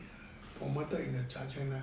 promoted into charge hand ah